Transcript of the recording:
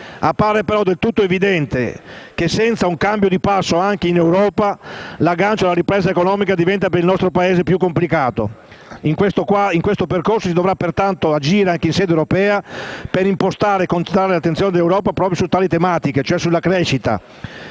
Appare però del tutto evidente, tuttavia, che senza un cambio di passo anche in Europa, l'aggancio della ripresa economica diventa per il nostro Paese più complicato. In questo percorso, si dovrà pertanto agire anche in sede europea, per impostare e concentrare l'attenzione dell'Europa proprio su tali tematiche, cioè sulla crescita,